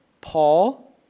Paul